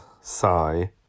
sigh